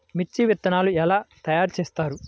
మిర్చి విత్తనాలు ఎలా తయారు చేస్తారు?